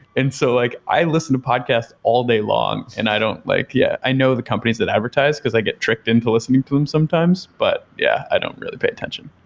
and so like i listen to podcasts all day long and i don't like yeah, i know the companies that advertise, because i get tricked into listening to them sometimes, but yeah, i don't really pay attention.